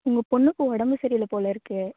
உங்கள் பெண்ணுக்கு உடம்பு சரியில்லை போல இருக்குது